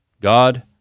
God